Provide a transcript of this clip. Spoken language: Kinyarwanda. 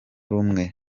rumwe